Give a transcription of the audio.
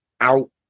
out